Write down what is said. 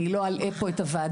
אני לא אלאה פה את הוועדה,